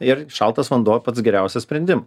ir šaltas vanduo pats geriausias sprendim